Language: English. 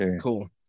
cool